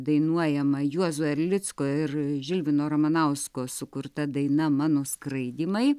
dainuojama juozo erlicko ir žilvino ramanausko sukurta daina mano skraidymai